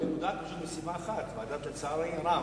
אני מודאג מסיבה אחת: לצערי הרב,